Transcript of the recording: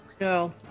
No